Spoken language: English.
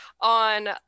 on